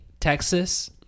Texas